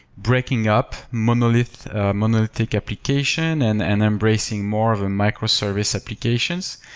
breaking up monolithic ah monolithic application and and embracing more of a micro-service applications,